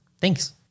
Thanks